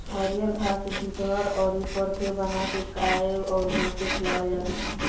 हरिअर घास जुठहर अउर पखेव बाना के गाय अउर भइस के खियावल जाला